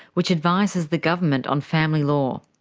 which advises the government on family law.